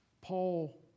Paul